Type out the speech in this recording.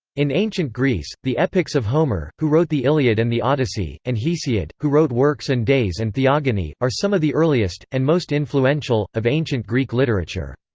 in ancient greece, the epics of homer, who wrote the iliad and the odyssey, and hesiod, who wrote works and days and theogony, are some of the earliest, and most influential, of ancient greek literature.